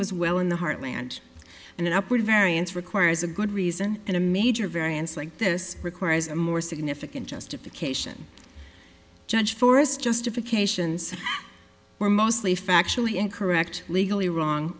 was well in the heartland and an upward variance requires a good reason and a major variance like this requires a more significant justification judge forest justifications were mostly factually incorrect legally wrong